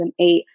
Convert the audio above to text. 2008